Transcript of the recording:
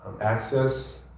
access